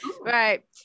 Right